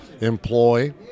employ